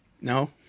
No